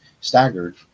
staggered